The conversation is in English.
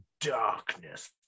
darkness